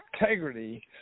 integrity